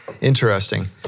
Interesting